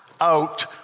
out